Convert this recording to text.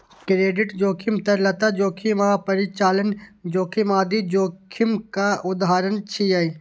credit जोखिम, तरलता जोखिम आ परिचालन जोखिम आदि जोखिमक उदाहरण छियै